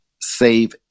save